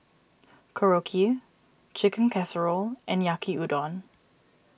Korokke Chicken Casserole and Yaki Udon